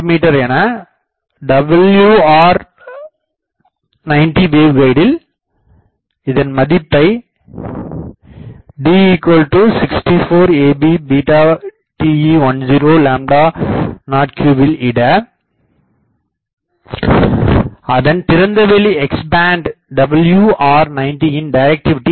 me என WR90 வேவ்கைடில் மற்றும் இதன் மதிப்பை D64ab TE1003 யில் இட அதன் திறந்த வெளி Xபாண்ட் WR90 யின் டிரைக்டிவிடி 3